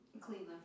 Cleveland